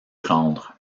rendre